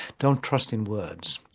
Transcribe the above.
don't trust in words,